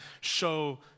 show